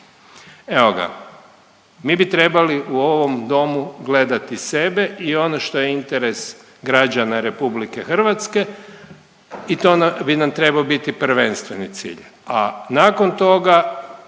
Evo ga. Mi bi trebali u ovom domu gledati sebe i ono što je interes građana RH i to bi nam trebao biti prvenstveni cilj,